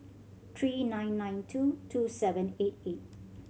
three nine nine two two seven eight eight